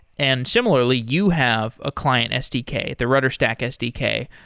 and similarly, you have a client sdk, the rudderstack sdk.